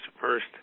first